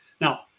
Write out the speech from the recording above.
Now